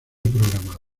programado